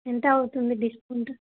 ఎంత అవుతుంది డిస్కౌంట్